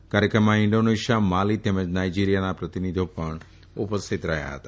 આ કાર્યક્રમમાં Indonesia Mali તેમજ નાઇજીરીયાના પ્રતિનિધિઓ પણ ઉપસ્થિત રહ્યા હતા